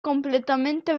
completamente